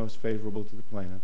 most favorable to the plane and